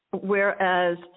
Whereas